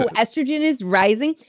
so estrogen is rising.